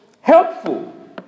helpful